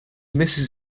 misses